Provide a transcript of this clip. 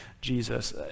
Jesus